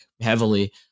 heavily